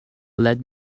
let